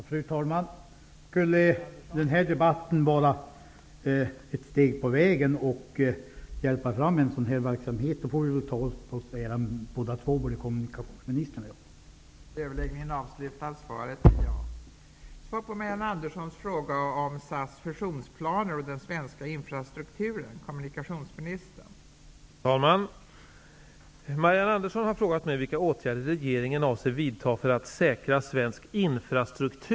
Fru talman! Om den här debatten är ett steg på vägen när det gäller att hjälpa fram sådan verksamhet får väl både kommunikationsministern och jag ta åt oss äran.